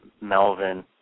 Melvin